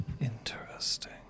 Interesting